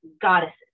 goddesses